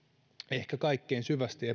ehkä syvästi